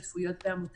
זו תוספת שאמורה להיות